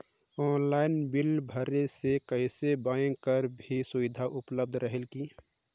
Online bill भरे से कइसे बैंक कर भी सुविधा उपलब्ध रेहेल की?